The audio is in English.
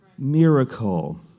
Miracle